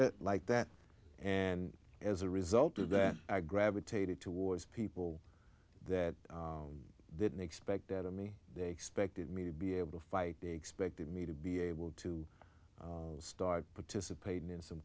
like that and as a result of that i gravitated towards people that didn't expect out of me they expected me to be able to fight they expected me to be able to start participating in some